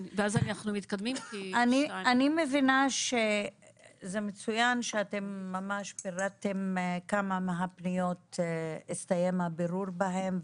אני מבינה שמצוין שאתם פירטתם כמה מהפניות הסתיים הבירור בהן,